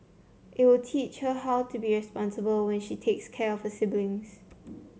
it will teach her how to be responsible when she takes care of her siblings